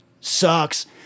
Sucks